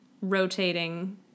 rotating